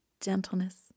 gentleness